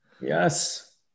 Yes